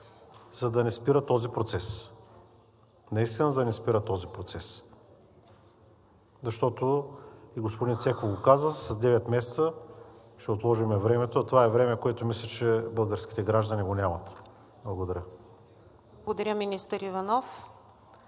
за да не спира този процес. Наистина, за да не спира този процес! Защото и господин Цеков го каза: с девет месеца ще отложим времето, а това е време, което мисля, че българските граждани го нямат. Благодаря. ПРЕДСЕДАТЕЛ НИКОЛЕТА